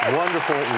wonderful